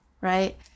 right